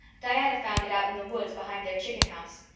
diana found it out in the woods behind their chicken house.